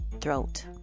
throat